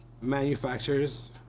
manufacturers